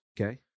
Okay